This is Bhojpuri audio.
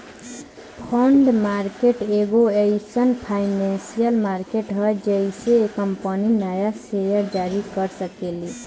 बॉन्ड मार्केट एगो एईसन फाइनेंसियल मार्केट ह जेइसे कंपनी न्या सेयर जारी कर सकेली